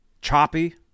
choppy